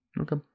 okay